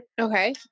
okay